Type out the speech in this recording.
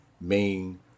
main